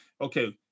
okay